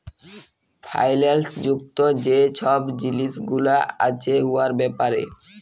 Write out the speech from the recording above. ফাইল্যাল্স যুক্ত যে ছব জিলিস গুলা আছে উয়ার ব্যাপারে